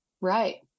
Right